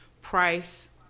price